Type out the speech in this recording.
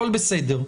הכול בסדר.